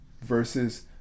versus